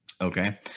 okay